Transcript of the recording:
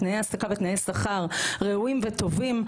לתנאי ההעסקה ותנאי שכר ראויים וטובים,